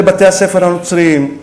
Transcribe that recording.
אלה בתי-הספר הנוצריים.